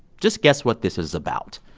just guess what this is about.